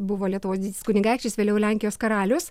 buvo lietuvos didysis kunigaikštis vėliau lenkijos karalius